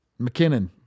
McKinnon